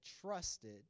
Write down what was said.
trusted